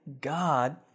God